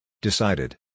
Decided